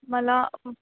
मला